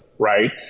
right